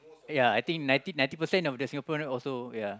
ya I think ninety ninety percent of the Singaporean also ya